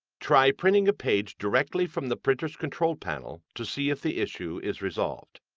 try printing a page directly from the printer's control panel to see if the issue is resolved.